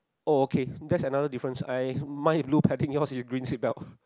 oh okay that is another difference I mine is blue your is green seat belt